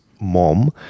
Mom